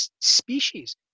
species